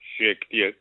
šiek tiek